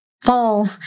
fall